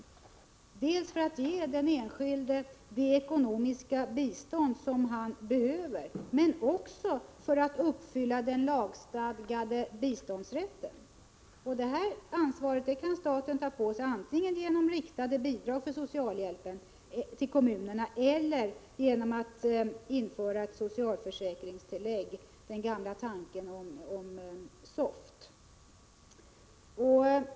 Detta är nödvändigt dels för att ge den enskilde det ekonomiska bistånd som behövs, dels för att uppfylla kraven när det gäller lagstadgad rätt till bistånd. Detta ansvar kan staten ta på sig, antingen genom att ge riktade bidrag till kommunerna för att täcka kostnaderna för socialhjälpen eller genom att införa ett socialförsäkringstillägg — jag erinrar om den gamla tanken om SOFT.